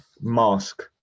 Mask